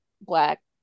black